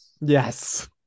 yes